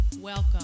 Welcome